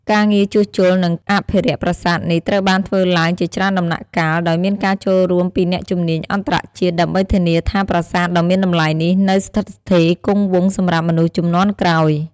ការងារជួសជុល និងអភិរក្សប្រាសាទនេះ ត្រូវបានធ្វើឡើងជាច្រើនដំណាក់កាល ដោយមានការចូលរួមពីអ្នកជំនាញអន្តរជាតិ ដើម្បីធានាថាប្រាសាទដ៏មានតម្លៃនេះនៅស្ថិតស្ថេរគង់វង្សសម្រាប់មនុស្សជំនាន់ក្រោយ។